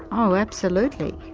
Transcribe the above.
oh, absolutely,